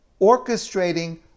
orchestrating